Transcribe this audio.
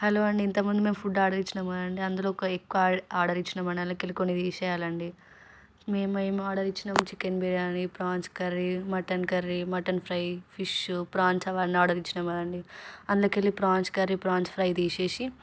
hello అండి ఇంతక ముందు మేము ఫుడ్ ఆర్డర్ ఇచ్చినాము కదండి అందులో ఒక ఎక్కువ ఆ ఆర్డర్ ఇచ్చినాము అందులోకెళ్ళి కొన్ని తీసేయాలి అండి మేము మేము ఆర్డర్ ఇచ్చినాము chicken biryani prawns curry mutton curry mutton fry fish prawns అవన్నీ ఆర్డర్ ఇచ్చినాము కదండి అండ్లకెళ్ళి ప్రాన్స్ కర్రీ ప్రాన్స్ ఫ్రై తీసేసి